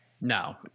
No